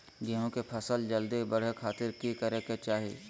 गेहूं के फसल जल्दी बड़े खातिर की करे के चाही?